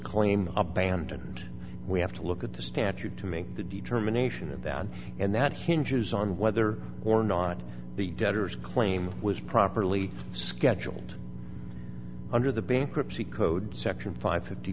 claim abandoned we have to look at the statute to make the determination of that and that hinges on whether or not the debtors claim was properly scheduled and under the bankruptcy code section five fifty